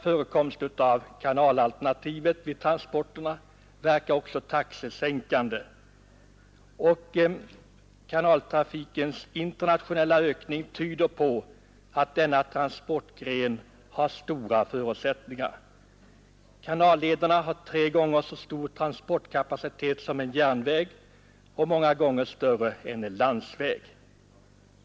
Förekomsten av kanalalternativet vid transporter verkar också taxesänkande, och kanaltrafikens internationella ökning tyder på att denna transportgren har stora förutsättningar. Kanallederna har tre gånger så stor transportkapacitet som en järnväg och många gånger större än en landsväg.